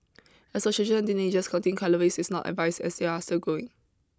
as for children and teenagers counting calories is not advised as they are still growing